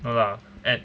no lah at